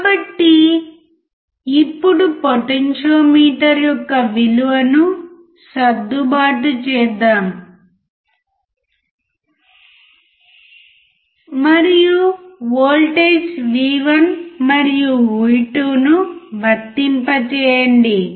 కాబట్టి ఇప్పుడు పొటెన్షియోమీటర్ యొక్క విలువను సర్దుబాటు చేద్దాం మరియు వోల్టేజ్ V1 మరియు V2 ను వర్తింపజేయండి